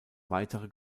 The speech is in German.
weitere